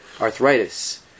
arthritis